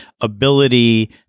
ability